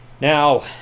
Now